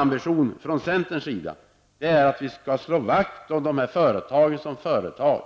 Ambitionen från centerns sida är att slå vakt om de aktuella företagen som företag,